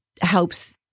helps